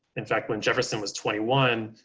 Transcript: in fact, when jefferson was twenty one,